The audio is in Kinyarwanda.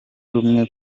rumwe